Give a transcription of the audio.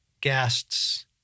guests